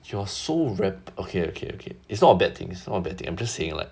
you're so rep~ okay okay okay it's not a bad thing it's not a bad thing I'm just saying like